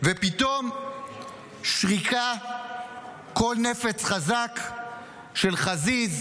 ופתאום שריקה, קול נפץ חזק של חזיז,